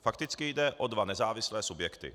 Fakticky jde o dva nezávislé subjekty.